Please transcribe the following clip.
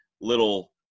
little